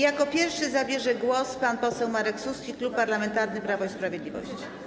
Jako pierwszy zabierze głos pan poseł Marek Suski, Klub Parlamentarny Prawo i Sprawiedliwość.